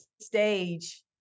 stage